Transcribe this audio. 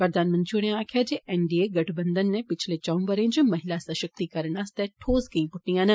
प्रधानमंत्री होरें आक्खेआ जे एन डी ए गठबंधन नै पिच्छले चंऊ बरे च महिला सषक्तिकरण आस्तै ठोस गेई पुट्टियां न